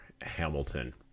Hamilton